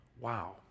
Wow